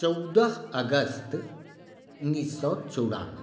चौदह अगस्त उन्नैस सए चौरानबे